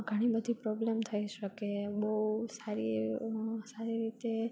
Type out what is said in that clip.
ઘણીબધી પ્રોબ્લેમ થઈ શકે બહુ સારી એવી સારી રીતે